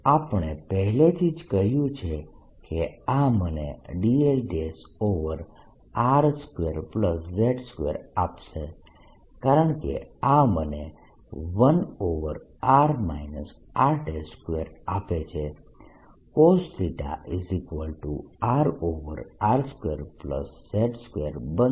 પરંતુ આપણે પહેલેથી જ કહ્યું છે કે આ મને dlR2z2આપશે કારણકે આ મને 1|r r|2 આપે છે cos RR2z2 બનશે